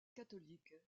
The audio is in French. catholique